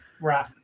right